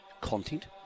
content